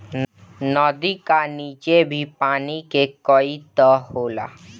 नदी का नीचे भी पानी के कई तह होला